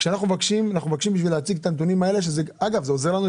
כשאנחנו מבקשים נתונים זה עוזר לנו.